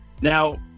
Now